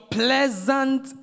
pleasant